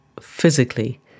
physically